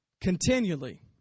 continually